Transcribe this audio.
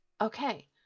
Okay